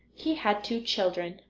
he had two children,